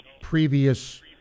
previous